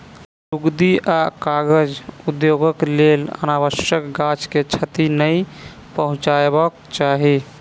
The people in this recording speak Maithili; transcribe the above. लुगदी आ कागज उद्योगक लेल अनावश्यक गाछ के क्षति नै पहुँचयबाक चाही